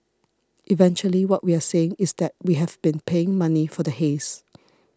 eventually what we are saying is that we have been paying money for the haze